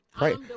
Right